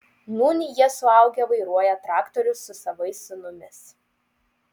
nūn jie suaugę vairuoja traktorius su savais sūnumis